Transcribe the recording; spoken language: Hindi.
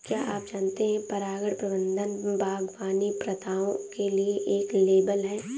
क्या आप जानते है परागण प्रबंधन बागवानी प्रथाओं के लिए एक लेबल है?